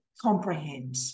comprehend